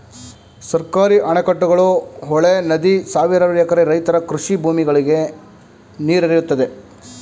ಸರ್ಕಾರಿ ಅಣೆಕಟ್ಟುಗಳು, ಹೊಳೆ, ನದಿ ಸಾವಿರಾರು ಎಕರೆ ರೈತರ ಕೃಷಿ ಭೂಮಿಗಳಿಗೆ ನೀರೆರೆಯುತ್ತದೆ